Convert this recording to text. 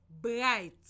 bright